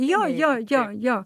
jo jo jo jo